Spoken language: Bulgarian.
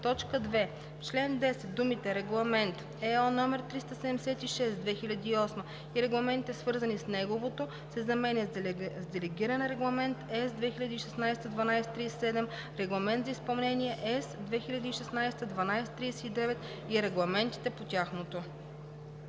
2. В чл. 10 думите „Регламент (ЕО) № 376/2008 и регламентите, свързани с неговото“ се заменят с „Делегиран регламент (ЕС) 2016/1237, Регламент за изпълнение (ЕС) 2016/1239 и регламентите по тяхното“.“